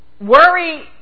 Worry